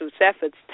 efforts